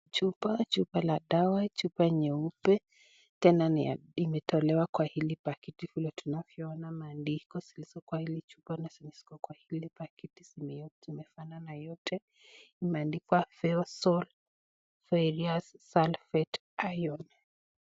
Chupa chupa la dawa, chupa nyeupe tena imetolewa kwa hili pakiti vile tunavyoona maandiko zilizo kwa hili chupa na zenye ziko kwa hii pakiti zimefanana zote imeandikwa Feosol Ferrous Sulphate.